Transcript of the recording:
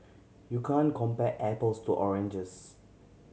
you can compare apples to oranges